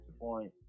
point